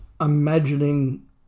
imagining